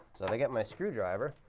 i get my screwdriver,